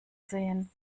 sehen